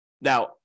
Now